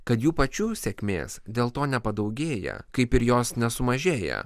kad jų pačių sėkmės dėl to nepadaugėja kaip ir jos nesumažėja